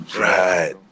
Right